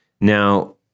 now